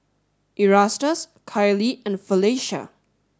Erastus Kiley and Felecia